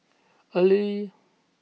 early